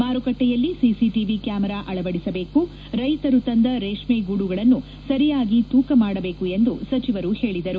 ಮಾರುಕಟ್ಟೆಯಲ್ಲಿ CCTV camera ಅಳವಡಿಸಬೇಕು ರೈತರು ತಂದ ರೇಷ್ಮೆ ಗೂಡುಗಳನ್ನು ಸರಿಯಾಗಿ ತೂಕ ಮಾಡಬೇಕು ಎಂದು ಸಚಿವರು ಹೇಳಿದರು